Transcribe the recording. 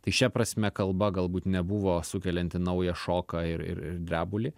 tai šia prasme kalba galbūt nebuvo sukelianti naują šoką ir ir ir drebulį